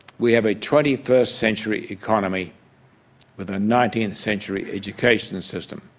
we have a twenty first century economy with a nineteenth century education system,